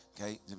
Okay